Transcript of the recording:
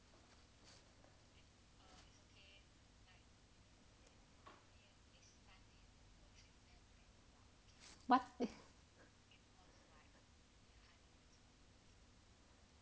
what